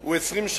הוא 20 שנה,